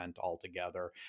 altogether